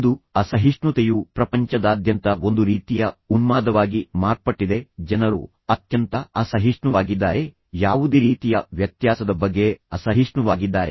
ಇಂದು ಅಸಹಿಷ್ಣುತೆಯು ಪ್ರಪಂಚದಾದ್ಯಂತ ಒಂದು ರೀತಿಯ ಉನ್ಮಾದವಾಗಿ ಮಾರ್ಪಟ್ಟಿದೆ ಜನರು ಅತ್ಯಂತ ಅಸಹಿಷ್ಣುವಾಗಿದ್ದಾರೆ ಯಾವುದೇ ರೀತಿಯ ವ್ಯತ್ಯಾಸದ ಬಗ್ಗೆ ಅಸಹಿಷ್ಣುವಾಗಿದ್ದಾರೆ